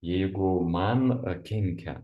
jeigu man kenkia